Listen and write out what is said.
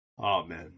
Amen